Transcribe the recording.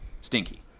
stinky